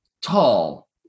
Tall